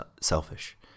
selfish